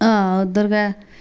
आं उद्धर गै